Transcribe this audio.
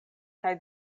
kaj